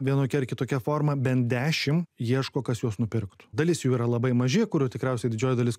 vienokia ar kitokia forma bent dešim ieško kas juos nupirktų dalis jų yra labai maži kurių tikriausiai didžioji dalis